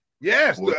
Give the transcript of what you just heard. Yes